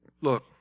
Look